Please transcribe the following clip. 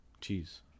cheese